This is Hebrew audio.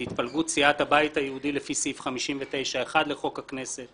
התפלגות סיעת הבית היהודי לפי סעיף 59(1) לחוק הכנסת,